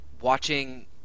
watching